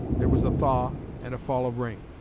there was a thaw and a fall of rain.